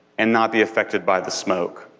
and not be affected by the smoke.